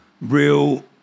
real